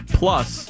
plus